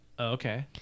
okay